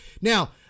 now